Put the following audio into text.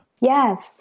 Yes